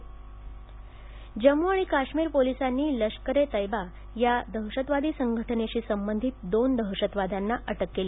जम्मू आणि काश्मिर जम्मू आणि काश्मिर पोलीसांनी लष्कर ए तैबा या दहशतवादी संघटनेशी संबंधित दोन दहशतवाद्यांना अटक केली